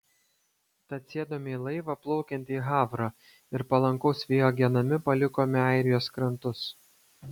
tad sėdome į laivą plaukiantį į havrą ir palankaus vėjo genami palikome airijos krantus